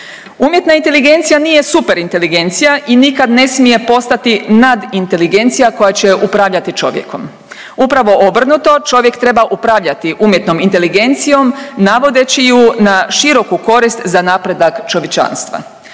Umjetna inteligencija nije super-inteligencija i nikad ne smije postati nadinteligencija koja će upravljati čovjekom. Upravo obrnuto, čovjek treba upravljati umjetnom inteligencijom navodeći ju na široku korist za napredak čovječanstva,